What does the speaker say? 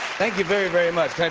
thank you very, very much.